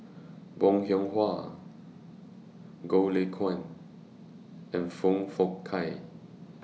Bong Hiong Hwa Goh Lay Kuan and Foong Fook Kay